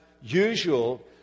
usual